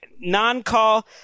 Non-call